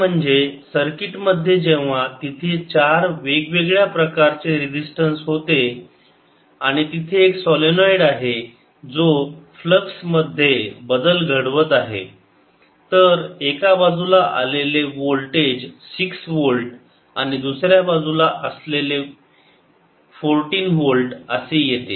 ते म्हणजे सर्किटमध्ये जेव्हा तिथे चार वेगवेगळ्या प्रकारचे रेजिस्टन्स होते आणि तिथे एक सोलेनोईड आहे जो फ्लक्स मध्ये बदल घडवत आहे तर एका बाजूला आलेले वोल्टेज 6 वोल्ट आणि दुसर्या बाजूला असलेले 14 वोल्ट असे येते